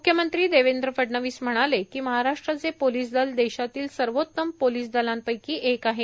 म्ख्यमंत्री देवेंद्र फडणवीस म्हणाले महाराष्ट्राचे पोलीस दल देशातील सर्वोत्तम पोलीस दलापैकी एक आहे